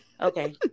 Okay